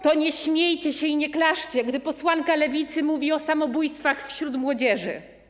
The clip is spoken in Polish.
To nie śmiejcie się i nie klaszczcie, gdy posłanka Lewicy mówi o samobójstwach wśród młodzieży.